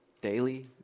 daily